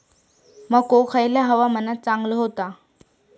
मको खयल्या हवामानात चांगलो होता?